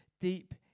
deep